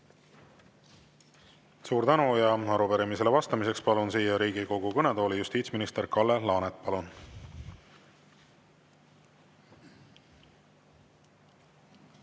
Suur tänu! Arupärimisele vastamiseks palun Riigikogu kõnetooli justiitsminister Kalle Laaneti. Palun!